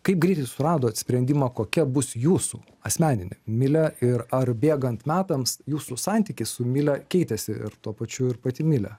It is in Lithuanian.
kaip greitai suradot sprendimą kokia bus jūsų asmeninė milė ir ar bėgant metams jūsų santykis su mile keitėsi ir tuo pačiu ir pati milė